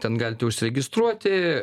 ten galite užsiregistruoti